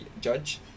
judge